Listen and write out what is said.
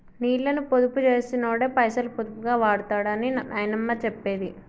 నీళ్ళని పొదుపు చేసినోడే పైసలు పొదుపుగా వాడుతడని నాయనమ్మ చెప్పేది